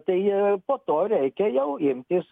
tai po to reikia jau imtis